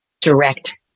direct